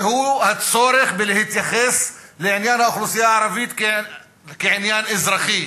והוא הצורך בהתייחסות לעניין האוכלוסייה הערבית כאל עניין אזרחי,